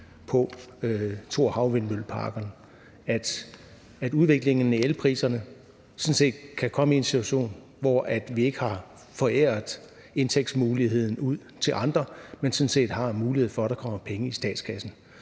på Thorhavvindmølleparkerne, at vi med udviklingen i elpriserne sådan set kan komme i en situation, hvor vi ikke har foræret indtjeningsmuligheden ud til andre, men sådan set har muligheden for, at der kommer penge i statskassen.